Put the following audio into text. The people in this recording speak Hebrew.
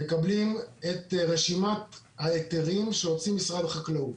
מקבלים את רשימת ההיתרים שהוציא משרד החקלאות.